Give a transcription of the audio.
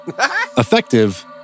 effective